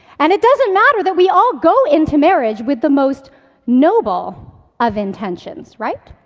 and it doesn't matter that we all go into marriage with the most noble of intentions, right?